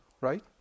right